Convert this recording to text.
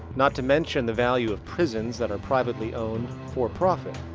not to mention the value of prisons that are privately owned for profit.